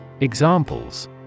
Examples